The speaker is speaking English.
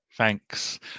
Thanks